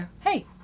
hey